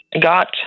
got